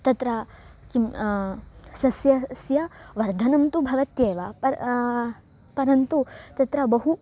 तत्र किं सस्य स्य वर्धनं तु भवत्येव प परन्तु तत्र बहु